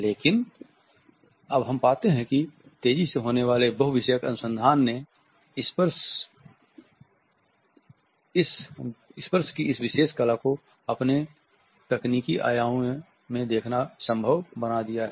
लेकिन अब हम पाते हैं कि तेजी से होने वाले बहु विषयक अनुसंधान ने स्पर्श इस विशेष कला को अपने तकनीकी आयामों में देखना संभव बना दिया है